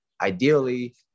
ideally